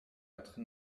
être